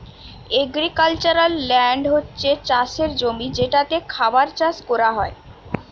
agricultural land হচ্ছে চাষের জমি যেটাতে খাবার চাষ কোরা হয়